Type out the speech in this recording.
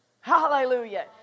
Hallelujah